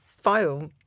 file